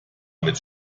mit